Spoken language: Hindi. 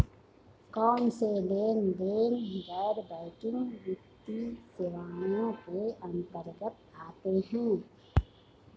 कौनसे लेनदेन गैर बैंकिंग वित्तीय सेवाओं के अंतर्गत आते हैं?